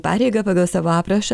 pareigą pagal savo aprašą